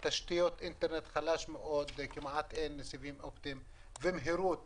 תשתיות אינטרנט חלשות מאוד וכמעט ואין סיבים אופטיים וגם המהירות